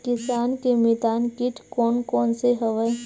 किसान के मितान कीट कोन कोन से हवय?